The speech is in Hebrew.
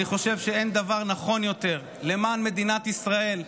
אני חושב שאין דבר נכון יותר למען מדינת ישראל,